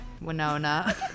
Winona